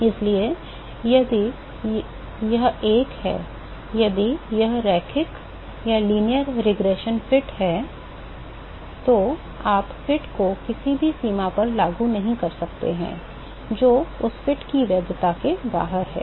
इसलिए यदि यह एक है यदि यह एक रैखिक प्रतिगमन फिट है तो आप फिट को किसी भी सीमा पर लागू नहीं कर सकते जो उस फिट की वैधता से बाहर है